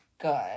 good